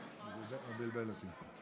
הוא בלבל אותי.